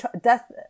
death